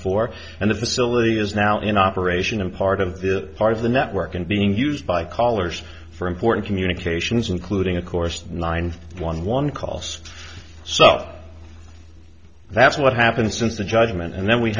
four and the facility is now in operation in part of the part of the network and being used by callers for important communications including of course nine one one calls so that's what happened since the judgement and then we